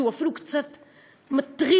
שהוא אפילו קצת מטריד,